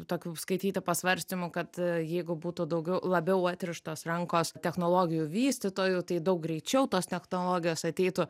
tokių skaityti pasvarstymų kad jeigu būtų daugiau labiau atrištos rankos technologijų vystytojų tai daug greičiau tos technologijos ateitų